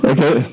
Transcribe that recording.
Okay